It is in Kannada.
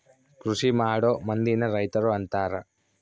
ಕೃಷಿಮಾಡೊ ಮಂದಿನ ರೈತರು ಅಂತಾರ